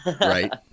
right